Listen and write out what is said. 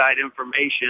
information